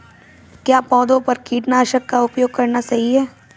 क्या पौधों पर कीटनाशक का उपयोग करना सही है?